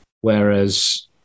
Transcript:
Whereas